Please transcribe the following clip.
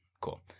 Cool